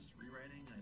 rewriting